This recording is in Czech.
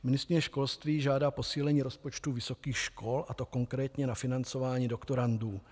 Ministryně školství žádá posílení rozpočtu vysokých škol, a to konkrétně na financování doktorandů.